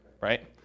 right